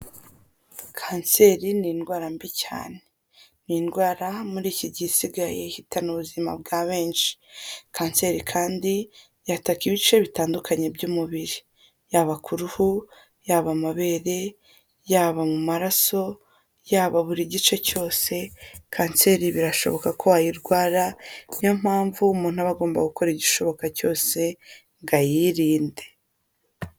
Kanseri ni indwara mbi cyane, ni indwara muri iki gihe isigaye ihitana ubuzima bwa benshi. Kanseri kandi yataka ibice bitandukanye by'umubiri yaba ku ruhu, yaba amabere, yaba mu maraso, yaba buri gice cyose, Kanseri birashoboka ko wayirwara niyo mpamvu umuntu aba agomba gukora igishoboka cyose ngo ayirinde.